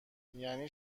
یعنی